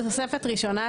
תוספת ראשונה.